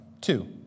Two